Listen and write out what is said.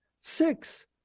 six